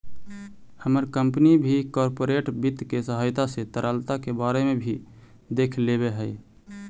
हमर कंपनी भी कॉर्पोरेट वित्त के सहायता से तरलता के बारे में भी देख लेब हई